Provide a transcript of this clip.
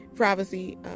privacy